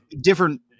Different